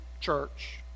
church